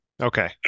Okay